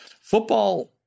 football